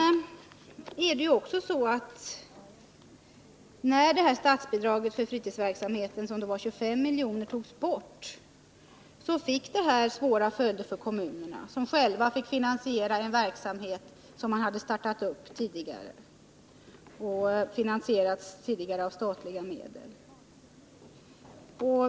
När detta statsbidrag på 25 miljoner till fritidsverksamheten togs bort fick det svåra följder för kommunerna, som då själva måste finansiera en verksamhet som hade startats tidigare och finansierats med statliga medel.